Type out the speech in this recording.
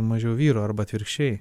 mažiau vyro arba atvirkščiai